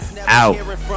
out